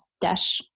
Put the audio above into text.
dash